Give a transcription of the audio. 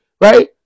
right